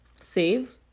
save